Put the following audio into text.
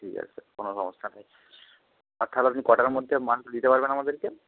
ঠিক আছে কোনো সমস্যা নেই আর তাহলে আপনি কটার মধ্যে মালটা দিতে পারবেন আমাদেরকে